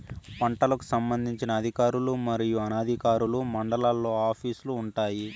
పంటలకు సంబంధించిన అధికారులు మరియు అనధికారులు మండలాల్లో ఆఫీస్ లు వుంటాయి?